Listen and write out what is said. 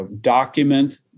document